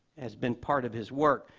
has been part of his work.